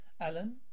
Alan